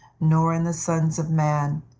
nor in the sons of men,